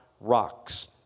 rocks